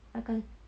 那个